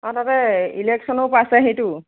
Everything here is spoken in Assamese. অ তাতে ইলেকশ্যনো পাইছেহিতো